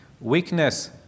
weakness